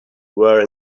were